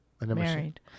married